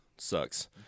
Sucks